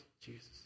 Jesus